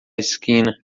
esquina